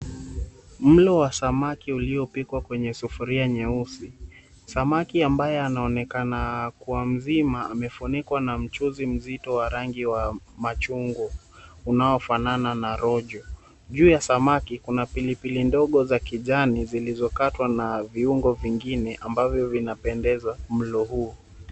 Mlo wa samaki uliopikwa kwenye sufuria nyeusi. Samaki ambaye anaonekana kuwa mzima amefunikwa na mchuzi mzito wa rangi wa machungwa unaofanana na rojo. Juu ya samaki kuna pilipili ndogo za kijani zilizokatwa na viungo vingine ambavyo vinapendeza mlo huo.